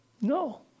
No